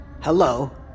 Hello